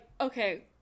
okay